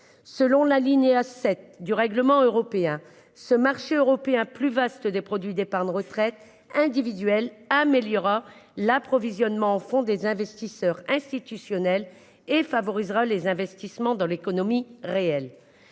Selon l'alinéa 7 du règlement européen ce marché européen plus vaste des produits d'épargne retraite individuelle améliora l'approvisionnement en font des investisseurs institutionnels et favorisera les investissements dans l'économie réelle.